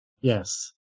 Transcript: Yes